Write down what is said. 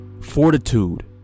fortitude